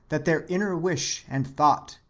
that their inner wish and thought,